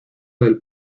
del